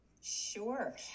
Sure